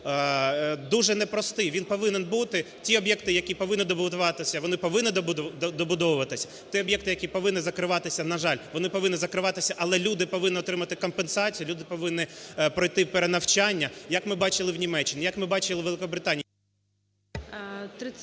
дуже непростий, він повинен бути. Ті об'єкти, які повинні добудуватися, вони повинні добудовуватись; ті об'єкти, які повинні закриватися, на жаль, вони повинні закриватися, але люди повинні отримати компенсацію, люди повинні пройти перенавчання, як ми бачили в Німеччині, як ми бачили в Великобританії…